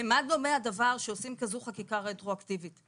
למה דומה הדבר שעושים כזו חקיקה רטרואקטיבית?